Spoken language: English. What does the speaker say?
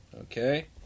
Okay